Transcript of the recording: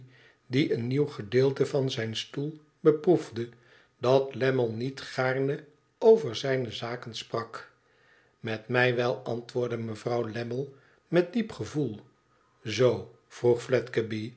die een nieuw gedeelte van zijn stoel beproefde dat lammie niet gaarne over zijne zaüken sprak met mij wel antwoordde mevrouw lammie met diep gevoel zoo vroeg